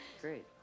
Great